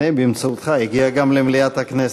הנה, באמצעותך הוא הגיע גם למליאת הכנסת.